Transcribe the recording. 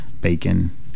bacon